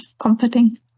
comforting